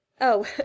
Oh